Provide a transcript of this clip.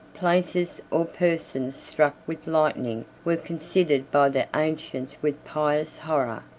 places or persons struck with lightning were considered by the ancients with pious horror,